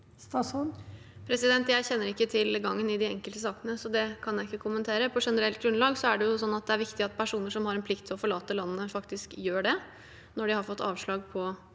Jeg kjenner ikke til gangen i de enkelte sakene, så det kan jeg ikke kom mentere. På generelt grunnlag er det viktig at personer som har en plikt til å forlate landet, faktisk gjør det, når de har fått avslag om